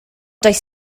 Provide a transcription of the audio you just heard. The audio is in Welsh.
does